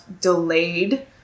delayed